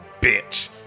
bitch